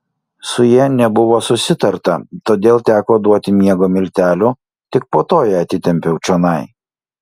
su ja nebuvo susitarta todėl teko duoti miego miltelių tik po to ją atitempiau čionai